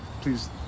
please